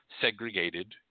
segregated